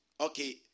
okay